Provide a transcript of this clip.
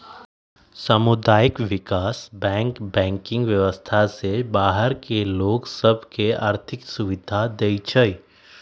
सामुदायिक विकास bank banking व्यवस्था से बाहर के लोग सभ के आर्थिक सुभिधा देँइ छै